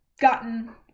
gotten